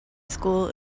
school